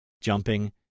jumping